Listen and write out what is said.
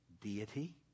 deity